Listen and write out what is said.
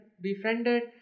befriended